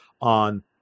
on